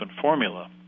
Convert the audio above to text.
formula